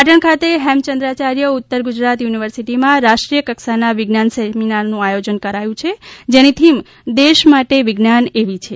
પાટણ ખાતે હેમચંદ્રાચાર્ય ઉત્તર ગુજરાત યુનિવર્સિટીમાં રાષ્ટ્રીય કક્ષાના વિજ્ઞાન સેમિનારનું આયોજન કરાયું છે જેની થીમ દેશ માટે વિજ્ઞાન એવી છે